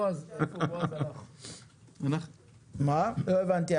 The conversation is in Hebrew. לא הבנתי,